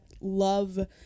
love